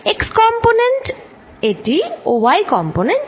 x component এটি ও y component এটি